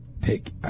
pick